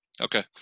Okay